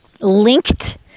linked